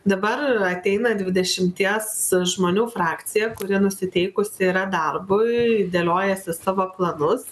dabar ateina dvidešimties žmonių frakcija kuri nusiteikusi yra darbui dėliojasi savo planus